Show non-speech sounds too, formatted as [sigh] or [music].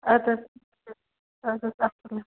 اَدٕ حظ اَدٕ حظ [unintelligible]